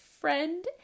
friend